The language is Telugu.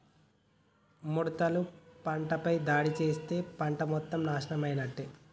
మిడతలు పంటపై దాడి చేస్తే పంట మొత్తం నాశనమైనట్టే